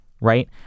right